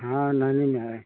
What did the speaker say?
हाँ नैनी में है